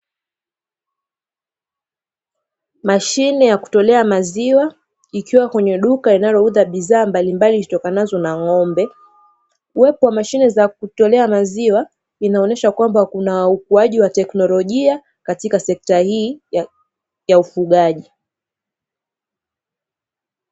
Mashine yakutolea maziwa, ikiwa kwenye duka linalouza bidhaa mbalimbali zitokanazo na ng'ombe. Uwepo wa mashine za kutolea maziwa, inaonyesha kwamba kuna ukuaji wa teknolojia katika sekta hii ya ufugaji.